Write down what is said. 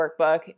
workbook